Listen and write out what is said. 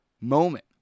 moment